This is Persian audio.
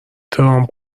ترامپ